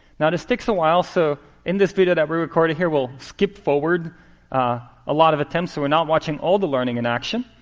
now, this takes a while. so in this video that we recorded here, we'll skip forward a lot of attempts. so we're not watching all the learning in action.